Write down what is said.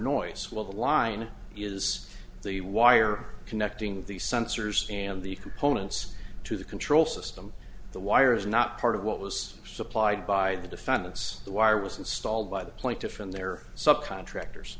noise will the line is the wire connecting the sensors and the components to the control system the wire is not part of what was supplied by the defendants the wireless installed by the plaintiff in their subcontractors